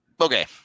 Okay